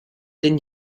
denn